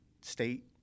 state